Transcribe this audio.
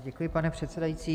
Děkuji, pane předsedající.